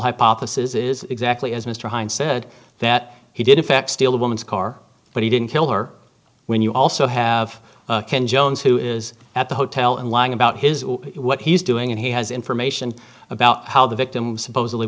hypothesis is exactly as mr hines said that he did in fact steal the woman's car but he didn't kill her when you also have ken jones who is at the hotel and lying about his what he's doing and he has information about how the victim supposedly